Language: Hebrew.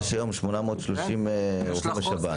יש היום 830 רופאים בשב"ן.